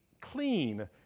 clean